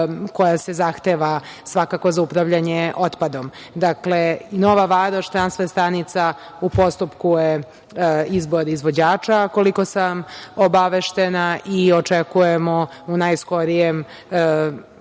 koja se zahteva svakako za upravljanje otpadom. Dakle, Nova Varoš, transfer stanica u postupku je izbor izvođača. Koliko sam obaveštena, očekujemo u najskorijem periodu,